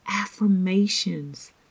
affirmations